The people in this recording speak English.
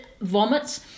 Vomits